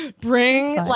Bring